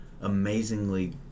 amazingly